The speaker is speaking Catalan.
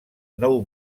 nou